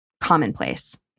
commonplace